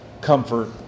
comfort